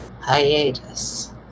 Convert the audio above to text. hiatus